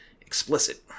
explicit